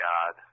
God